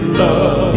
love